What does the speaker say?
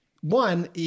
one